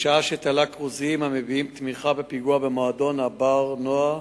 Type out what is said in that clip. בשעה שתלה כרוזים המביעים תמיכה בפיגוע במועדון "בר נוער"